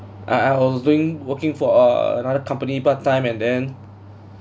I I was doing working for err another company part time and then